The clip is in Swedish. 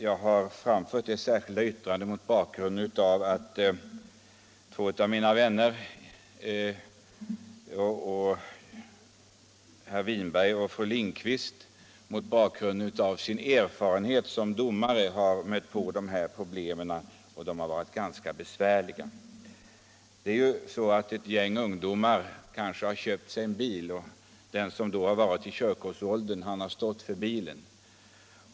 Jag har framfört det särskilda yttrandet därför att två av mina partivänner, herr Winberg och fru Lindquist, i sitt arbete som domare har gjort den erfarenheten att de här problemen kan vara ganska besvärliga. Det kan exempelvis vara så att ett gäng ungdomar köpt en bil, och den som uppnått körkortsåldern har stått för bilen.